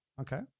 Okay